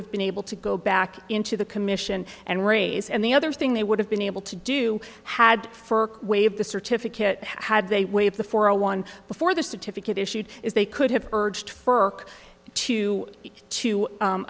have been able to go back into the commission and raise and the other thing they would have been able to do had for waive the certificate had they waived the four a one before the certificate issued if they could have urged for two to